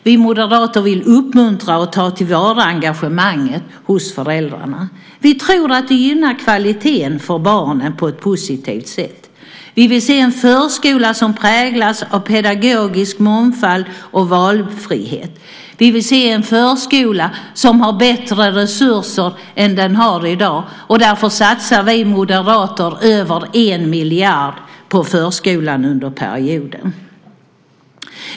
Vi moderater vill uppmuntra och ta till vara engagemanget hos föräldrarna. Vi tror att det gynnar kvaliteten för barnen på ett positivt sätt. Vi vill se en förskola som präglas av pedagogisk mångfald och valfrihet. Vi vill se en förskola som har bättre resurser än i dag, och därför satsar vi moderater över 1 miljard på förskolan under perioden.